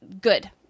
good